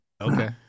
Okay